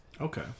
Okay